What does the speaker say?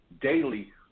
daily